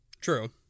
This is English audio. True